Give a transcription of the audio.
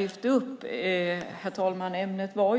Det var oerhört intressant. Ämnet var